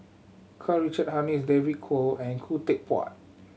Karl Richard Hanitsch David Kwo and Khoo Teck Puat